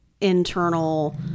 internal